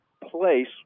place